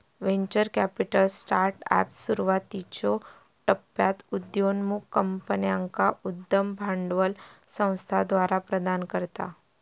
venture capital startups, सुरुवातीच्यो टप्प्यात उदयोन्मुख कंपन्यांका उद्यम भांडवल संस्थाद्वारा प्रदान करता